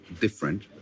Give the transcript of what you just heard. different